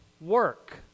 work